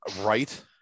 Right